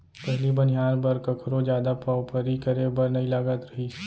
पहिली बनिहार बर कखरो जादा पवपरी करे बर नइ लागत रहिस